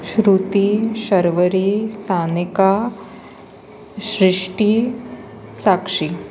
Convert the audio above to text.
Shruti Sharvari Sanika Srishti Sakshi